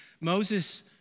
Moses